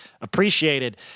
appreciated